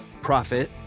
Profit